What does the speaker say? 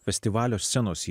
festivalio scenos